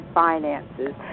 finances